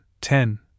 ten